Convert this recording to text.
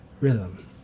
rhythm